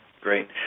great